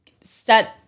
set